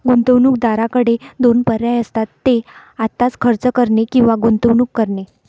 गुंतवणूकदाराकडे दोन पर्याय असतात, ते आत्ताच खर्च करणे किंवा गुंतवणूक करणे